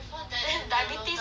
diabetes on a bread